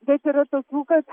bet yra tokių kas